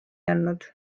andnud